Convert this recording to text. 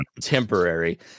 temporary